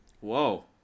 Whoa